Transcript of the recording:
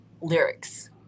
lyrics